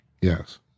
yes